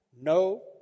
No